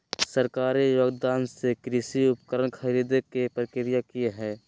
सरकारी योगदान से कृषि उपकरण खरीदे के प्रक्रिया की हय?